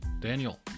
Daniel